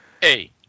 Hey